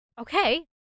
okay